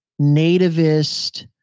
nativist